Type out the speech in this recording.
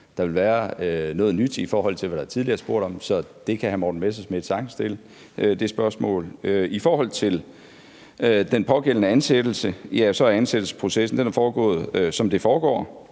der vil være noget nyt, i forhold til hvad der tidligere er blevet spurgt om, så det spørgsmål kan hr. Morten Messerschmidt sagtens stille. I forhold til den pågældende ansættelse er ansættelsesprocessen foregået, som det foregår,